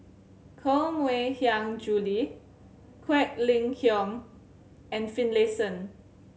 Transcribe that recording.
Koh Mui Hiang Julie Quek Ling Kiong and Finlayson